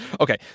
Okay